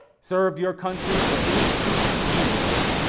served your country for eighty two years,